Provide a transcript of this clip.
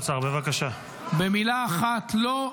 במילה אחת: לא.